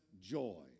joy